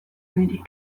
niri